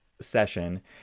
session